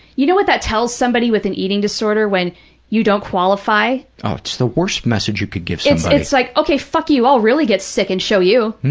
you know what that tells somebody with an eating disorder when you don't qualify? oh, it's the worst message you could give somebody. it's like, okay, fuck you, i'll really get sick and show you.